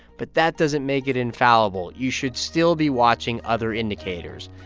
but that doesn't make it infallible. you should still be watching other indicators.